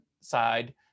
side